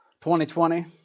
2020